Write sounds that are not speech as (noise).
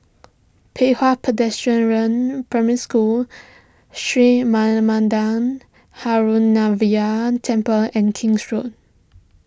Pei Hwa Pedestrian rain Primary School Sri Manmatha (unintelligible) Temple and King's Road